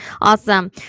Awesome